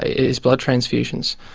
ah is blood transfusions.